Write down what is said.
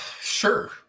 Sure